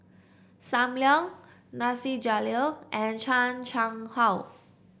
Sam Leong Nasir Jalil and Chan Chang How